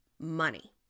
Money